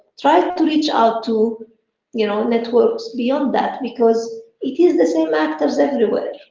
try to reach out to you know networks beyond that because it is the same actors everywhere.